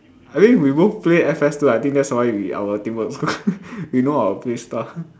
I mean we both play F_S two I think that's why we our teamwork so good we know our play style